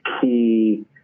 key